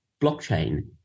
blockchain